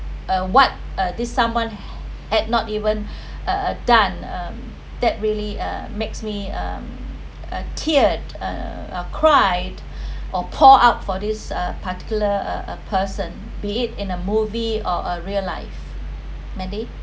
uh what uh this someone had not even uh done um that really uh makes me uh a tear uh cried or pour out for this uh particular uh a person be it in a movie or a real life mandy